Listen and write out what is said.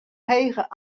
hege